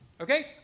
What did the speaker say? Okay